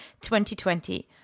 2020